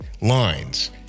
lines